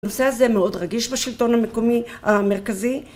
הנושא הזה מאוד רגיש בשלטון המקומי המרכזי